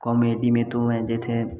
comedy में तो मैं जैसे